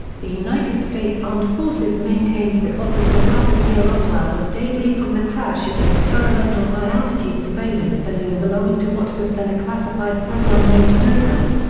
the united states armed forces maintains that what was recovered near roswell was debris from the crash of an experimental high-altitude surveillance balloon belonging to what was then a classified program named mogul.